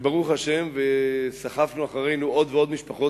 וברוך השם סחבנו אחרינו עוד ועוד משפחות.